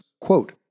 Quote